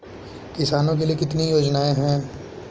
किसानों के लिए कितनी योजनाएं हैं?